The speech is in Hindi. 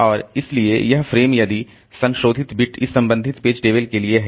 और इसलिए यह फ़्रेम यदि संशोधित बिट इस संबंधित पेज टेबल के लिए है